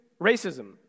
racism